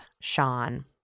Sean